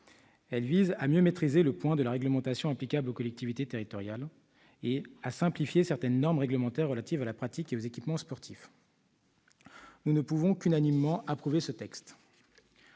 Elle vise à mieux maîtriser le poids de la réglementation applicable aux collectivités territoriales et à simplifier certaines normes réglementaires relatives à la pratique et aux équipements sportifs. Nous ne pouvons qu'unanimement approuver ce texte.